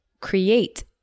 create